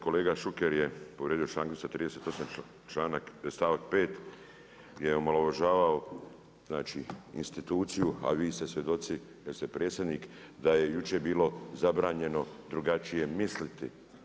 Kolega Šuker je povrijedio članak 238. stavak 5. jer je omalovažavao znači instituciju, a vi ste svjedoci jer ste predsjednik, da je jučer bilo zabranjeno drugačije misliti.